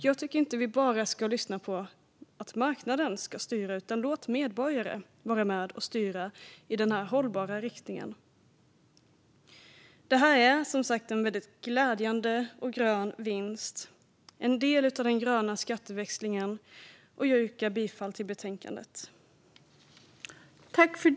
Jag tycker inte att det bara ska vara marknaden som styr, utan låt medborgare vara med och styra i hållbar riktning! Detta är som sagt en väldigt glädjande och grön vinst, en del av den gröna skatteväxlingen. Jag yrkar bifall till utskottets förslag.